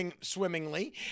swimmingly